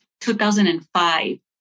2005